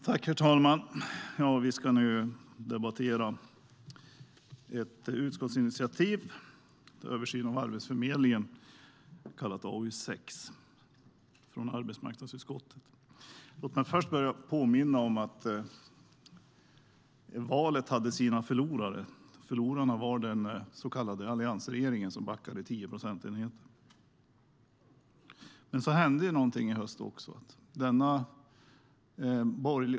Herr talman! Vi ska nu debattera ett utskottsinitiativ, Översynen av ArbetsförmedlingenÖversynen av ArbetsförmedlingenMen så hände någonting i höstas.